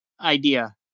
idea